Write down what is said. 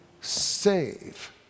save